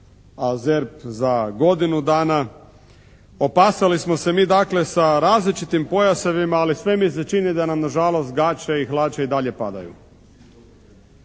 a ZERP za godinu dana. Opasali smo se mi, dakle, sa različitim pojasevima ali sve mi se čini da nam nažalost gaće i hlače i dalje padaju.